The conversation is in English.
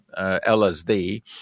LSD